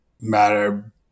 matter